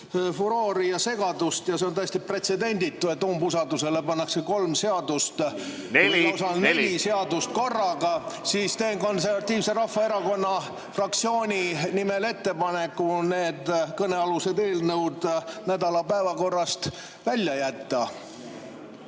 furoori ja segadust ja see on täiesti pretsedenditu, et umbusaldusele pannakse kolm seadust ... Neli! Neli! ... lausa neli seadust korraga, siis teen Konservatiivse Rahvaerakonna fraktsiooni nimel ettepaneku need kõnealused eelnõud nädala päevakorrast välja jätta.